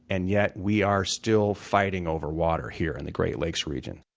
and yet, we are still fighting over water here in the great lakes region.